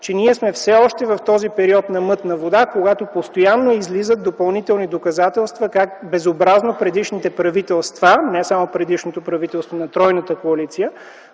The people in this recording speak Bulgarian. че ние сме все още в този период на мътна вода, когато постоянно излизат допълнителни доказателства как безобразно предишните правителства, не само предишното правителство на тройната коалиция,